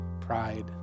pride